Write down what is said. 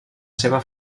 seva